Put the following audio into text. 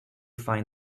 find